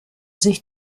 sich